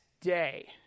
day